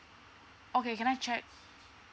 okay can I check